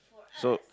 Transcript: so